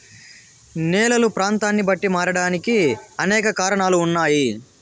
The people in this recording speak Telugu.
నేలలు ప్రాంతాన్ని బట్టి మారడానికి అనేక కారణాలు ఉన్నాయి